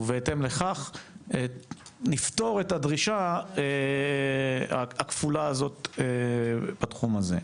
ובהתאם לכך נפתור את הדרישה הכפולה הזאת בתחום הזה,